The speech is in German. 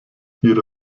ihre